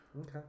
Okay